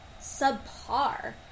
subpar